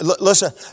Listen